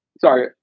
Sorry